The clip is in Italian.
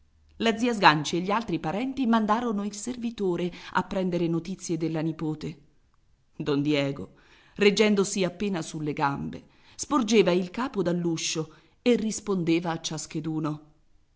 la zia sganci e gli altri parenti mandarono il servitore a prender notizie della nipote don diego reggendosi appena sulle gambe sporgeva il capo dall'uscio e rispondeva a ciascheduno